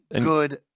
good